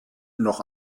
noch